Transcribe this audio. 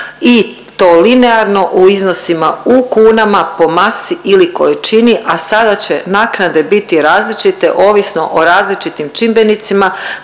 i to linearno u iznosima u kunama po masi ili količini, a sada će naknade biti različite ovisno o različitim čimbenicima